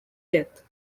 death